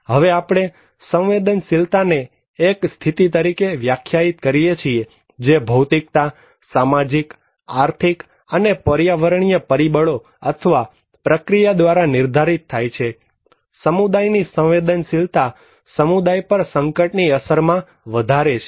હવે આપણે સંવેદનશીલતાને એક સ્થિતિ તરીકે વ્યાખ્યાયિત કરીએ છીએજે ભૌતિકતા સામાજિક આર્થિક અને પર્યાવરણીય પરિબળો અથવા પ્રક્રિયા દ્વારા નિર્ધારિત થાય છે સમુદાયની સંવેદનશીલતા સમુદાય પર સંકટની અસરમાં વધારે છે